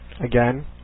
Again